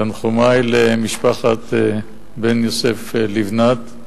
תנחומי למשפחת בן יוסף לבנת,